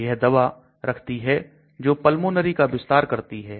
तो यह दवा रखती है जो pulmonary का विस्तार करती है